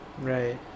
Right